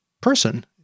person